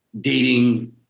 dating